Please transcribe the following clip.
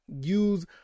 Use